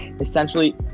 essentially